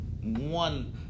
one